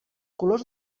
colors